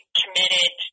committed